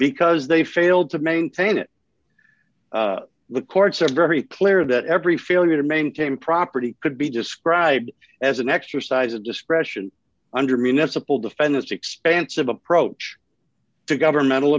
because they failed to maintain it the courts are very clear that every failure to maintain property could be described as an exercise of discretion under municipal defendants expansive approach to governmental